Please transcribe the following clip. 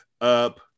up